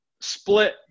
split